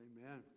Amen